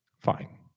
Fine